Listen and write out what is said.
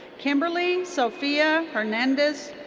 kimberly sofia hernandez